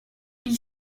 ils